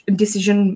decision